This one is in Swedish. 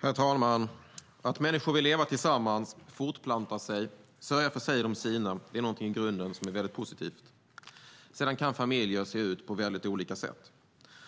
Herr talman! Att människor vill leva tillsammans, fortplanta sig och sörja för sig och de sina är någonting i grunden positivt. Sedan kan familjer se ut på väldigt olika sätt.